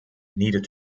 need